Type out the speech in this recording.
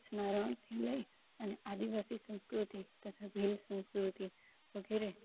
કચ્છના રણથી લઈ અને આદિવાસી સંસ્કૃતિ તથા ભીલ સંસ્કૃતિ વગેરે